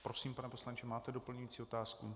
Prosím, pane poslanče, máte doplňující otázku?